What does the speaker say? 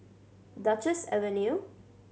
Duchess Avenue